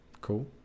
Cool